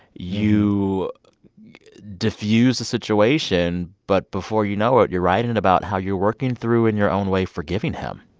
you diffuse the situation. but before you know it, you're writing and about how you're working through, in your own way, forgiving him.